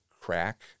Crack